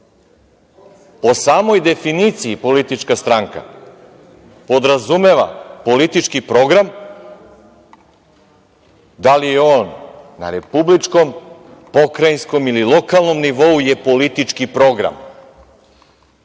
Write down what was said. Po samoj definiciji, politička stranka podrazumeva politički program, da li je on na republičkom, pokrajinskom ili lokalnom nivou, je politički program. Nemojte